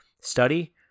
study